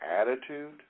attitude